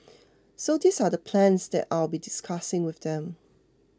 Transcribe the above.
so these are the plans that I'll be discussing with them